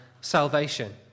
salvation